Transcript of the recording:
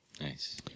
Nice